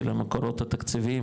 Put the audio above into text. של המקורות התקציביים,